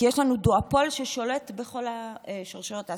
כי יש לנו דואופול ששולט בכל שרשרת אספקה.